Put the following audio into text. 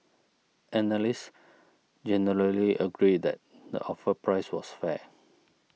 analysts generally agreed that the offer price was fair